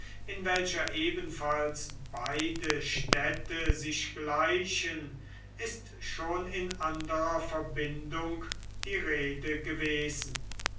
in welcher ebenfalls beide städte sich gleichen ist schon in anderer verbindung die rede gewesen